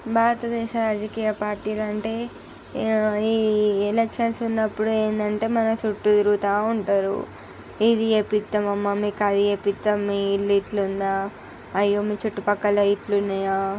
భారతదేశ రాజకీయ పార్టీలంటే ఈ ఎలక్షన్స్ ఉన్నప్పుడు ఏంటంటే మనం చుట్టూ తిరుగుతూ ఉంటారు ఇది ఏపిత్తామమ్మా మీకు అది ఏపిత్తాం మీ ఇల్లు ఇట్లుందా అయ్యో మీ చుట్టుపక్కల ఇట్లున్నాయా